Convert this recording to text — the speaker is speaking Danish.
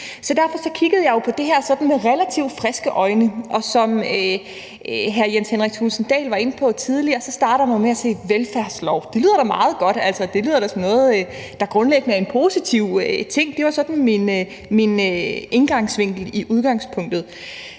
Derfor kiggede jeg på det her sådan med relativt friske øjne, og som hr. Jens Henrik Thulesen Dahl var inde på tidligere, starter man jo med at sige velfærdslov, og det lyder da meget godt. Altså, det lyder da som noget, der grundlæggende er en positiv ting. Det var min indgangsvinkel i udgangspunktet.